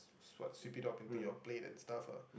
what sweep it up onto your plate and stuff ah